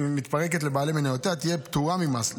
מתפרקת לבעלי מניותיה תהיה פטורה ממס,